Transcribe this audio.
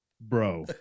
Bro